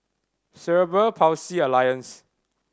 Cerebral Palsy Alliance